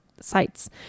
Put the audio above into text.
sites